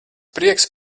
prieks